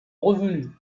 revenu